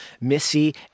Missy